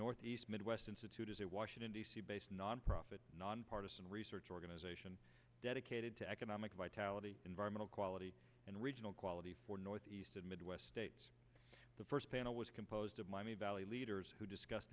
northeast midwest institute as a washington d c based nonprofit nonpartisan research organization dedicated to economic vitality environmental quality and regional quality for northeast and midwest states the first panel was composed of miami valley leaders who discuss